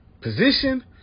position